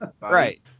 Right